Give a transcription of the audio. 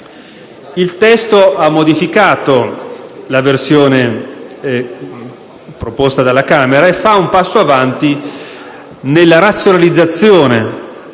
il testo ha modificato la versione proposta dalla Camera e fa un passo avanti nella razionalizzazione